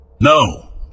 No